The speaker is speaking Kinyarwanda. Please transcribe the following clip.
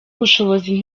ubushobozi